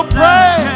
pray